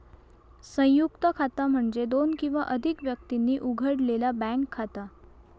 संयुक्त खाता म्हणजे दोन किंवा अधिक व्यक्तींनी उघडलेला बँक खाता